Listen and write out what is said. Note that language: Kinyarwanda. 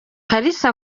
kalisa